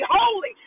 holy